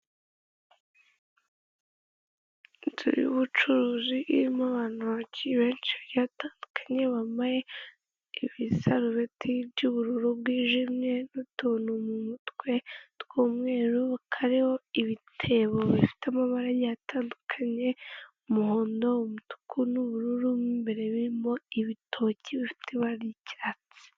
Inzu y'ubucuruzi irimo abantu benshi bagiye batandukanye, bambaye ibisarubeti by'ubururu bwijimye n'utuntu mu mutwe tw'umweru, kariho ibitebo bifite amabara agiye atandukanye, umuhondo, umutuku n'ubururu, mo imbere birimo ibitoki bifite ibara ry'icyatsi.